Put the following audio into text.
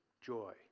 joy